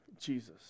Jesus